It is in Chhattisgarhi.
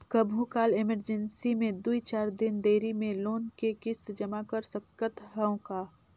कभू काल इमरजेंसी मे दुई चार दिन देरी मे लोन के किस्त जमा कर सकत हवं का?